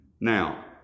Now